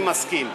אני מסכים.